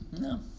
No